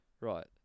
right